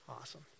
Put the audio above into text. Awesome